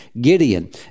Gideon